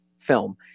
film